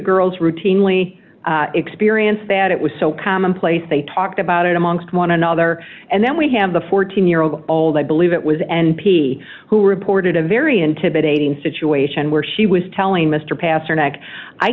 girls routinely experience that it was so commonplace they talked about it amongst one another and then we have the fourteen year old all that believe it was n p who reported a very intimidating situation where she was telling mr pas